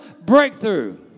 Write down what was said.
Breakthrough